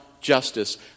justice